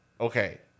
okay